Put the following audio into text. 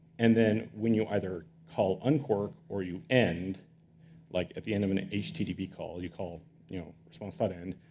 and then, when you either call uncork or you end like at the end of an http call, you call you know res but end,